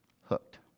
hooked